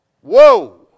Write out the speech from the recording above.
Whoa